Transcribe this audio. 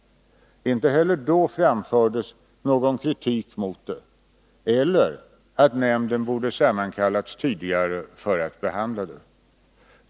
Inte heller då framfördes någon kritik mot förslaget eller sades något om att nämnden borde ha sammankallats tidigare för att behandla det.